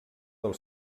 del